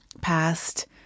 past